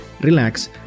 relax